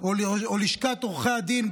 או לשכת עורכי הדין,